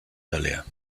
earlier